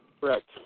Correct